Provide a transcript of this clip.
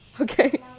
Okay